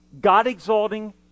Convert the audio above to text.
God-exalting